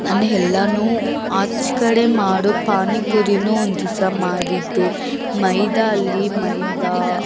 ನಾನು ಎಲ್ಲವು ಆಚೆ ಕಡೆ ಮಾಡೋ ಪಾನಿಪುರಿನೂ ಒಂದಿವಸ ಮಾಡಿದ್ದೆ ಮೈದಾ ಅಲ್ಲಿ ಮೈದಾ